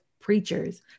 preachers